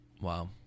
Wow